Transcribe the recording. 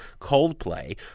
Coldplay